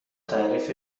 تعریف